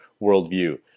worldview